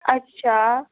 ਅੱਛਾ